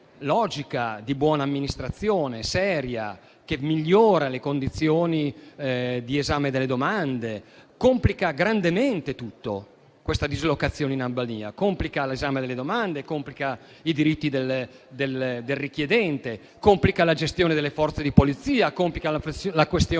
di buona amministrazione, seria, che migliora le condizioni di esame delle domande? Questa dislocazione in Albania complica grandemente tutto: complica l'esame delle domande, complica i diritti del richiedente, complica la gestione delle Forze di polizia, complica la gestione